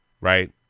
right